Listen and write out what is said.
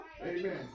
Amen